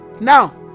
now